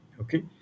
Okay